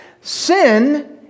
sin